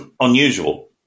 unusual